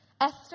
Esther